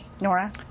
Nora